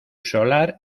solar